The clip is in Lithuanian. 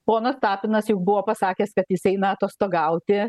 ponas tapinas jau buvo pasakęs kad jis eina atostogauti